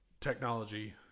Technology